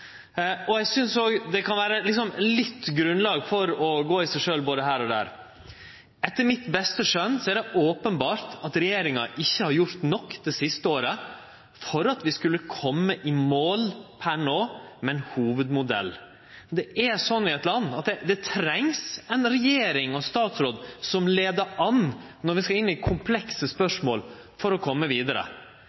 Eg synest det kan vere litt grunnlag for å gå i seg sjølv både her og der. Etter mitt beste skjønn er det openbert at regjeringa ikkje har gjort nok det siste året for at vi no skulle kome i mål med ein hovudmodell. Det er sånn i eit land at det trengst ei regjering og ein statsråd som tek leiing når vi skal inn i komplekse spørsmål for å kome vidare.